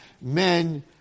Men